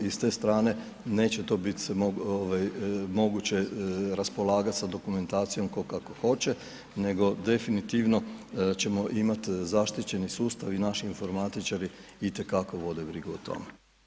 I s te strane neće to biti moguće raspolagati sa dokumentacijom ko kako hoće, nego definitivno ćemo imati zaštićeni sustav i naši informatičari itekako vode brigu o tome.